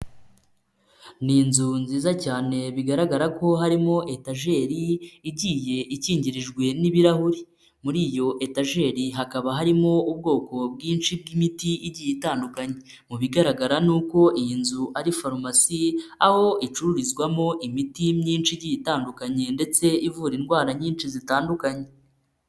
Ni inzu nziza cyane bigaragara ko harimo etajeri igiye ikingirijwe n'ibirahuri. Muri iyo etajeri hakaba harimo ubwoko bwinshi bw'imiti igiye itandukanye, mu bigaragara nuko iyi nzu ari farumasi aho icururizwamo imiti myinshi igiye itandukanye ndetse ivura indwara nyinshi zitandukanye.